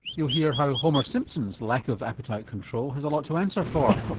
you'll hear how homer simpson's lack of appetite control has a lot to answer for.